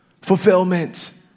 fulfillment